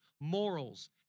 morals